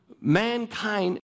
mankind